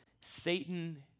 Satan